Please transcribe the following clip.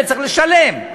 וצריך לשלם,